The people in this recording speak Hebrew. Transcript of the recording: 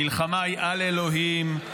המלחמה היא על אלוהים,